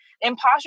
imposter